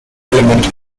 element